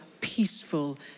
Peaceful